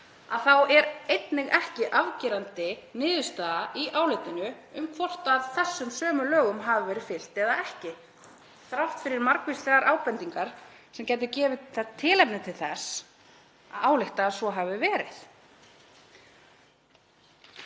þá er heldur ekki afgerandi niðurstaða í álitinu um hvort þessum sömu lögum hafi verið fylgt eða ekki þrátt fyrir margvíslegar ábendingar sem gætu gefið tilefni til þess að álykta að svo hafi verið.